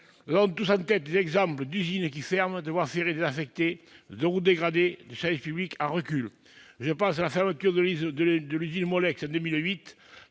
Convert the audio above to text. Nous avons tous en tête des exemples d'usines qui ferment, de voies ferrées désaffectées, de routes dégradées, de services publics en recul. Je pense à la fermeture en 2008 de l'usine Molex dans